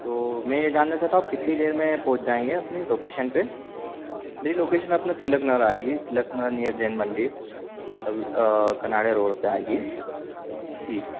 तो मैं ये जानना चाहता हूँ आप कितनी देर में पहुंचाएंगे अपनी लोकेशन पर मेरी लोकेशन अपने तिलक नगर आएगी तिलक नगर नियर जैन मंदिर कनाड़ा रोड पर आएगी जी